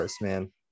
man